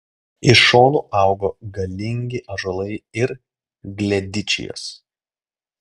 iš šonų augo galingi ąžuolai ir gledičijos